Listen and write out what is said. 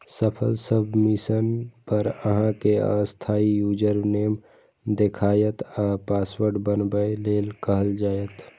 सफल सबमिशन पर अहां कें अस्थायी यूजरनेम देखायत आ पासवर्ड बनबै लेल कहल जायत